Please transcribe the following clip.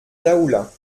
daoulas